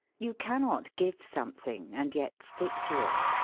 you cannot give something and yet stick to it.